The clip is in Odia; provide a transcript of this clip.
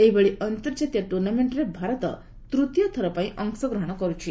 ଏହିଭଳି ଆନ୍ତର୍ଜାତୀୟ ଟୁର୍ଣ୍ଣାମେଷ୍ଟ୍ରେ ଭାରତ ତୃତୀୟଥର ପାଇଁ ଅଂଶଗ୍ରହଣ କରୁଛି